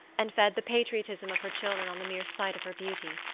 and fed the patriotism of her children on the mere sight of her beauty.